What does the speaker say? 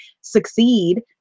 succeed